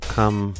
come